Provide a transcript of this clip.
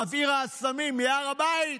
מבעיר האסמים מהר הבית,